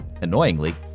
Annoyingly